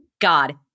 God